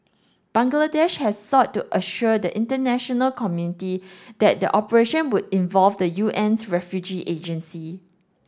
Bangladesh has sought to assure the international community that the operation would involve the UN's refugee agency